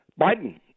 Biden